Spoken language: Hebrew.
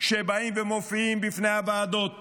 שבאים ומופיעים בפני הוועדות